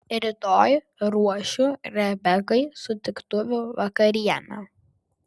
rytoj ruošiu rebekai sutiktuvių vakarienę